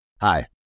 Hi